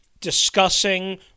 discussing